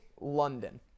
London